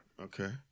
Okay